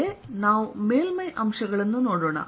ಮುಂದೆ ನಾವು ಮೇಲ್ಮೈ ಅಂಶಗಳನ್ನು ನೋಡೋಣ